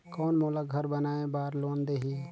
कौन मोला घर बनाय बार लोन देही?